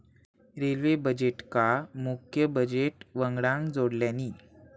railway बजेटका मुख्य budget वंगडान जोडल्यानी